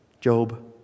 Job